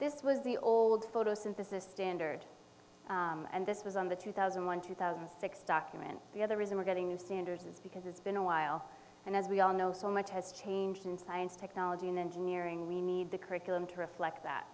this was the old photosynthesis standard and this is on the two thousand and one two thousand and six document the other reason we're getting new standards is because it's been a while and as we all know so much has changed in science technology and engineering we need the curriculum to reflect that